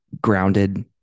grounded